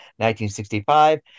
1965